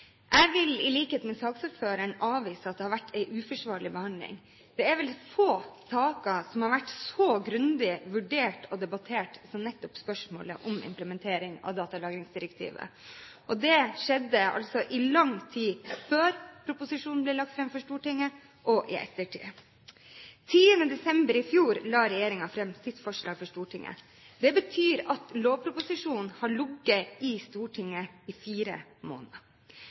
Jeg vil i likhet med saksordføreren avvise at det har vært en uforsvarlig behandling. Det er vel få saker som har vært så grundig vurdert og debattert som nettopp spørsmålet om implementering av datalagringsdirektivet. Og det skjedde altså i lang tid før proposisjonen ble lagt fram for Stortinget og i ettertid. Den 10. desember i fjor la regjeringen fram sitt forslag for Stortinget. Det betyr at lovproposisjonen har ligget i Stortinget i fire måneder.